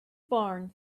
barn